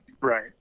Right